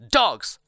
dogs